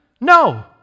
No